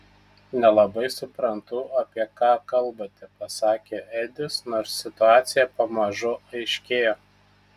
nelabai suprantu apie ką kalbate pasakė edis nors situacija pamažu aiškėjo